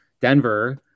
denver